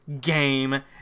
game